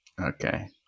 Okay